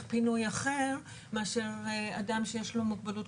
פינוי אחר מאשר אדם שיש לו מוגבלות,